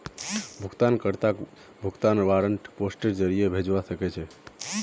भुगतान कर्ताक भुगतान वारन्ट पोस्टेर जरीये भेजवा सके छी